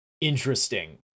interesting